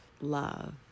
love